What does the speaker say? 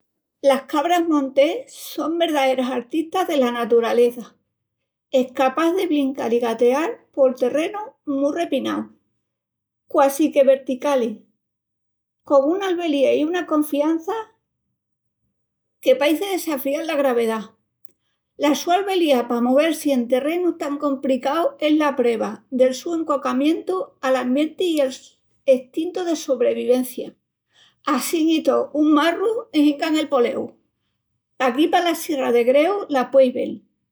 Las cabras montés son verdaeras artistas dela naturaleza, escapás de blincal i gateal por terrenus mu repinaus, quasi que verticalis, con una albeliá i una confiança que paeci desafial la gravedá. La su albeliá pa movel-si en terrenus tan compricaus es la preva del su enquacamientu al ambienti i l'estintu de sobrevivencia. Assín i tó, un marru i hincan el poleu. Paquí pala Sierra de Greus las pueis vel.